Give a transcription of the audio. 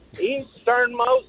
easternmost